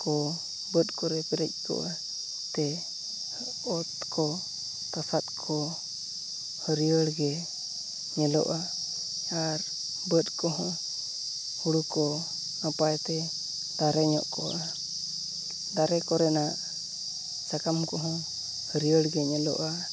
ᱠᱚ ᱵᱟᱹᱫᱽᱠᱚᱨᱮ ᱯᱮᱨᱮᱡ ᱠᱚᱜᱼᱟ ᱛᱮ ᱚᱛ ᱠᱚ ᱛᱟᱥᱟᱫᱽ ᱠᱚ ᱦᱟᱹᱨᱭᱟᱹᱲᱜᱮ ᱧᱮᱞᱚᱜᱼᱟ ᱟᱨ ᱵᱟᱹᱫᱽᱠᱚᱦᱚᱸ ᱦᱩᱲᱩᱠᱚ ᱱᱟᱯᱟᱭᱛᱮ ᱫᱟᱨᱮᱧᱚᱜ ᱠᱚᱜᱼᱟ ᱫᱟᱨᱮ ᱠᱚᱨᱮᱱᱟᱜ ᱥᱟᱠᱟᱢᱠᱚᱦᱚᱸ ᱦᱟᱹᱨᱭᱟᱹᱲᱜᱮ ᱧᱮᱞᱚᱜᱼᱟ